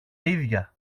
ίδια